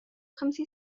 خمس